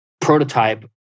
prototype